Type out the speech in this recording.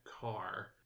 car